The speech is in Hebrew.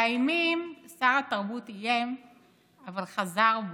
מאיימים, שר התרבות איים אבל חזר בו,